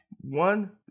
One